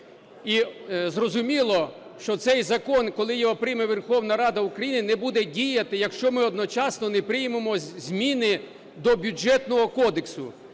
І зрозуміло, що цей закон, коли його прийме Верховна Рада України, не буде діяти, якщо ми одночасно не приймемо зміни до Бюджетного кодексу.